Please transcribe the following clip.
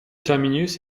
terminus